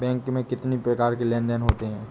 Bank में कितनी प्रकार के लेन देन देन होते हैं?